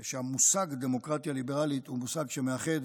שהמושג דמוקרטיה ליברלית הוא מושג שמאחד,